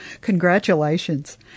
Congratulations